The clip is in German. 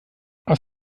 aus